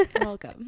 Welcome